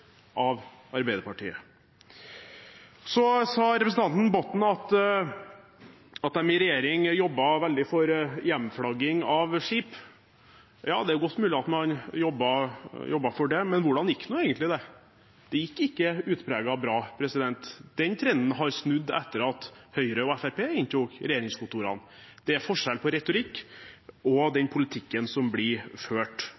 av Arbeiderpartiet. Så sa representanten Botten at de i regjering jobbet veldig for hjemflagging av skip. Ja, det er godt mulig at man jobbet for det, men hvordan gikk det nå egentlig? Det gikk ikke utpreget bra. Den trenden har snudd etter at Høyre og Fremskrittspartiet inntok regjeringskontorene. Det er forskjell på retorikk og den politikken som blir ført.